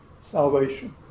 salvation